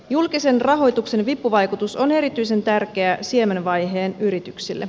julkisen rahoituksen vipuvaikutus on erityisen tärkeä siemenvaiheen yrityksille